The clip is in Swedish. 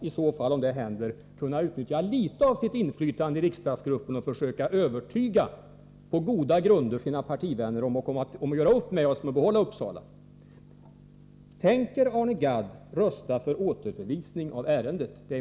I så fall borde Arne Gadd kunna utnyttja litet av sitt inflytande i riksdagsgruppen och försöka, på goda grunder, övertyga sina partivänner att träffa en uppgörelse med oss om att utbildningen i Uppsala skall behållas. Min andra fråga blir: Tänker Arne Gadd rösta för återförvisning av ärendet?